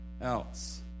else